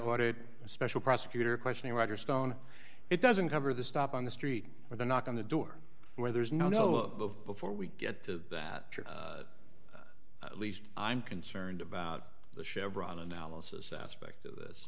ordered a special prosecutor questioning roger stone it doesn't cover the stop on the street or the knock on the door where there's no no before we get to that at least i'm concerned about the chevron analysis aspect of this